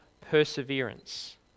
perseverance